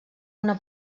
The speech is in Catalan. una